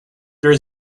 there